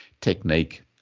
technique